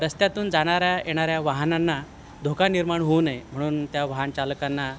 रस्त्यातून जाणाऱ्या येणाऱ्या वाहनांना धोका निर्माण होऊ नये म्हणून त्या वाहन चालकांना